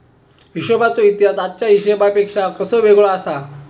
हिशोबाचो इतिहास आजच्या हिशेबापेक्षा कसो वेगळो आसा?